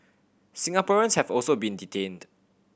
Singaporeans have also been detained